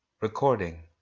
Recording